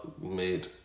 made